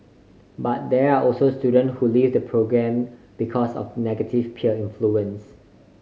but there are also student who leave the programme because of negative peer influence